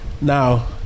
now